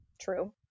true